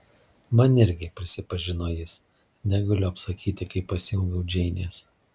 man irgi prisipažino jis negaliu apsakyti kaip pasiilgau džeinės